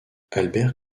albert